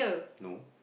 no